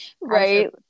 Right